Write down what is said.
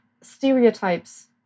stereotypes